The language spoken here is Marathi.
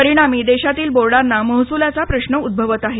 परिणामी देशातील बोर्डांना महसूलाचा प्रश्न उदभवत आहे